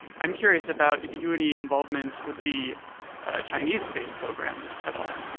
i'm curious about did you do any involvement with the chinese space program at all?